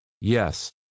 Yes